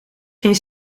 geen